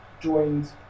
joined